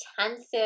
intensive